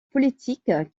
politique